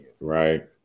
Right